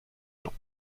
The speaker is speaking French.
gens